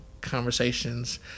conversations